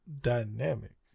dynamic